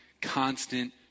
constant